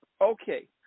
okay